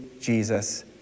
Jesus